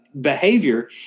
behavior